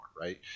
right